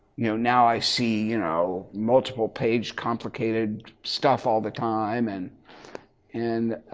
you know now i see you know multiple page complicated stuff all the time and and